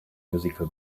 musical